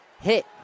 hit